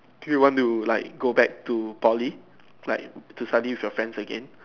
do you want to like go back to Poly like to study with your friends again